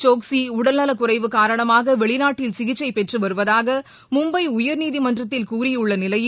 சோக்ஸி உடல்நலக் குறைவு காரணமாக வெளிநாட்டில் சிகிச்கை பெற்று வருவதாக மும்பை உயர்நீதிமன்றத்தில் கூறியுள்ள நிலையில்